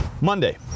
Monday